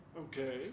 Okay